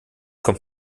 kommt